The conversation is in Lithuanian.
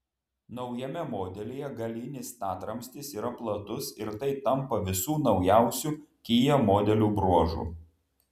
naujame modelyje galinis statramstis yra platus ir tai tampa visų naujausių kia modelių bruožu